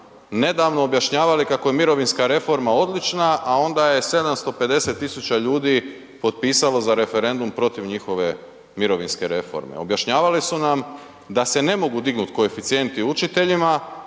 nedavno objašnjavali kako je mirovinska reforma odlična, a onda je 750 000 ljudi potpisalo za referendum protiv njihove mirovinske reforme, objašnjavali su nam da se ne mogu dignut koeficijenti učiteljima